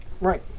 Right